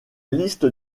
liste